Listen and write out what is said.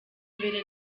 mbere